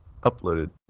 uploaded